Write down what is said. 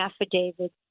affidavit